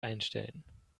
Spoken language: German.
einstellen